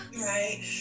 Right